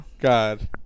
God